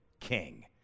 king